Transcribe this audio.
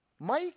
Mike